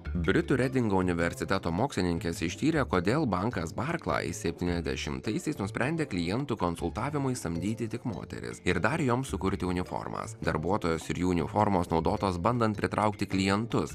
britų redingo universiteto mokslininkės ištyrė kodėl bankas barklais septyniasdešimtaisiais nusprendė klientų konsultavimui samdyti tik moteris ir dar joms sukurti uniformas darbuotojos ir jų uniformos naudotos bandant pritraukti klientus